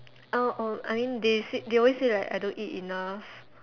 uh um I mean they said they always say like I don't eat enough